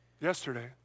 yesterday